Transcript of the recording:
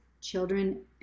children